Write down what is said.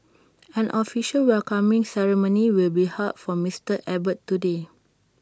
an official welcoming ceremony will be held for Mister Abbott today